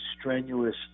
strenuous